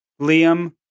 Liam